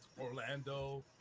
Orlando